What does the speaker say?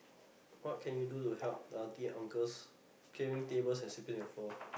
what can you do to help the auntie uncles clearing tables and sweeping the floor